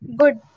good